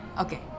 Okay